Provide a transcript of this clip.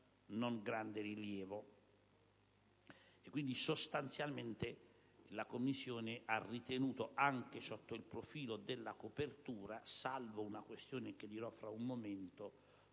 non grande rilievo).